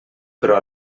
però